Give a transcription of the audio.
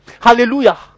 Hallelujah